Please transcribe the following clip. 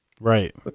Right